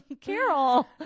Carol